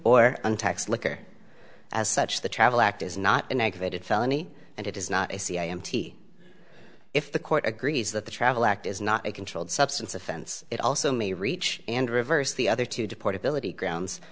or untaxed liquor as such the travel act is not an aggravated felony and it is not a c i m t if the court agrees that the travel act is not a controlled substance offense it also may reach and reverse the other to deport ability grounds